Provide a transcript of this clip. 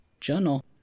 Journal